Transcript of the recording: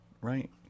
right